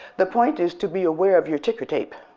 the point is to be aware of your ticker tape,